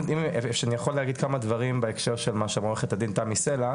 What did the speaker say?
אם אני יכול להגיד כמה דברים בהקשר של מה שאמרה עורכת הדין תמי סלע,